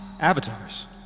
avatars